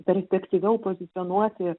perspektyviau pozicionuoti